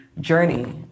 journey